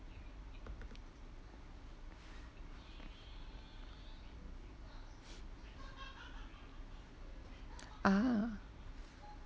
ah